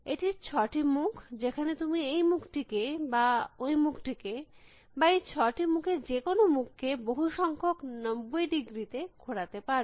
এটির এই ছটি মুখ যেখানে তুমি এই মুখটিকে বা ওই মুখটিকে বা এই ছটি মুখের যে কোনো মুখ কে বহু সংখ্যক 90 ডিগ্রীতে ঘোরাতে পারব